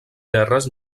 guerres